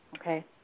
okay